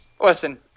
Listen